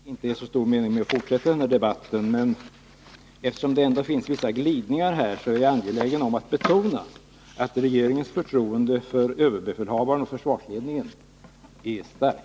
Fru talman! Det är kanske inte så stor mening med att fortsätta den här debatten, men eftersom det görs vissa glidningar här, är jag angelägen att betona att regeringens förtroende för överbefälhavaren och försvarsledningen är stort.